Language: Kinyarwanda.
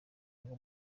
ngo